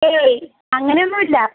ഏയ് അങ്ങനെയൊന്നും ഇല്ല